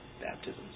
baptisms